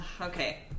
Okay